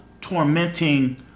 tormenting